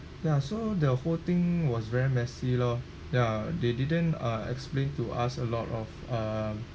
ya so the whole thing was very messy loh ya they didn't uh explain to us a lot of uh